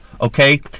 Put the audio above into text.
Okay